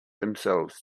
themselves